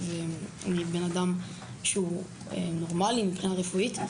אני בן-אדם שהוא נורמלי מבחינה רפואית,